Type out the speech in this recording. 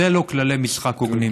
אלה לא כללי משחק הוגנים.